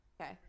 Okay